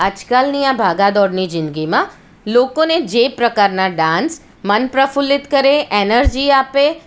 આજકાલની આ ભાગદોડની જિંદગીમાં લોકોને જે પ્રકારના ડાન્સ મન પ્રફુલ્લિત કરે એનર્જી આપે